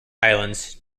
islands